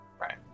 right